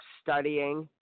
studying